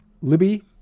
Libby